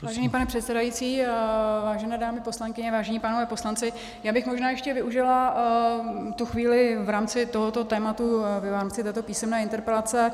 Vážený pane předsedající, vážené dámy poslankyně, vážení pánové poslanci, já bych možná ještě využila tu chvíli v rámci tohoto tématu, v rámci této písemné interpelace.